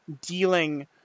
dealing